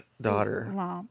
daughter